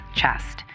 chest